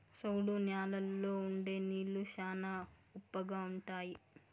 సౌడు న్యాలల్లో ఉండే నీళ్లు శ్యానా ఉప్పగా ఉంటాయి